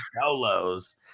solos